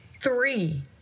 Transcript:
three